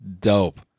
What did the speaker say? dope